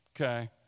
okay